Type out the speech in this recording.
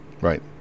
right